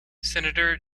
senator